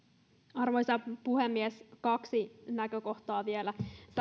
arvoisa puhemies kaksi näkökohtaa vielä